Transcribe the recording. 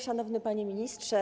Szanowny Panie Ministrze!